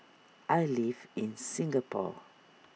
I live in Singapore